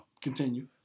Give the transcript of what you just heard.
continue